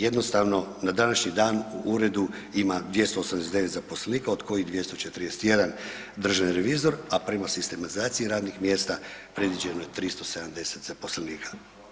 Jednostavno, na današnji ran u uredu ima 289 zaposlenika, od kojih 241 državni revizor, a prema sistematizaciji radnih mjesta predviđeno je 370 zaposlenika.